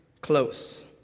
close